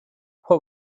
what